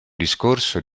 discorso